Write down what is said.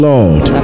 Lord